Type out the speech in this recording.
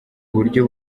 buryo